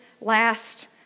last